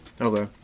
Okay